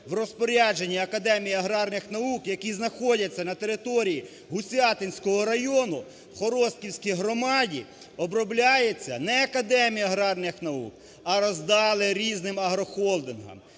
в розпорядженні Академії аграрних наук, які знаходяться на території Гусятинського району в Хоростківській громаді, обробляється не Академією аграрних наук, а роздали різним агрохолдингам.